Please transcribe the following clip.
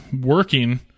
working